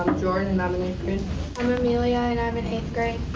jordan, and i'm in eighth grade. i'm amelia, and i'm in eighth grade.